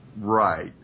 Right